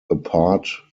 apart